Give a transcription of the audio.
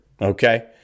okay